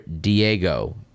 Diego